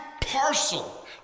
parcel